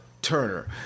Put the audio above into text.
Turner